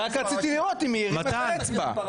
רק רציתי לראות אם היא הרימה את האצבע.